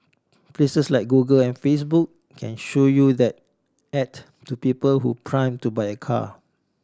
places like Google and Facebook can show you that at to people who prime to buy a car